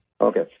Okay